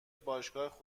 باشگاه